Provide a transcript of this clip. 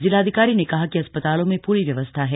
जिलाधिकारी ने कहा कि अस्पतालों में पूरी व्यवस्था है